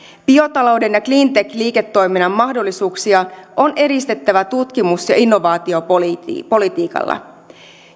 biotalouden ja cleantech liiketoiminnan mahdollisuuksia on edistettävä tutkimus ja innovaatiopolitiikalla